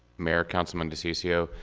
mayor, councilman diciccio,